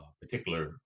particular